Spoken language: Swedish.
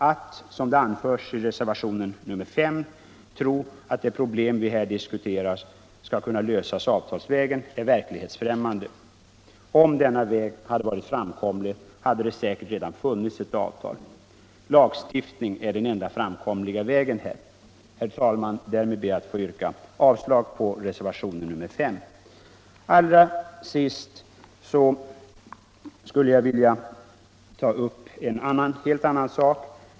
Att såsom anförs i reservationen 5 tro att de problem som vi här diskuterar skall kunna lösas avtalsvägen är verklighetsfrämmande. Om denna väg hade varit framkomlig, hade det säkert redan funnits avtal. Lagstiftning är den enda framkomliga vägen. Herr talman! Därmed ber jag att få yrka bifall till utskottets hemställan under mom. 6, innebärande avslag på reservationen 5. Till sist vill jag ta upp en helt annan sak.